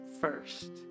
first